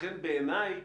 לכן, בעיניי,